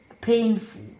painful